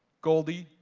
goldie,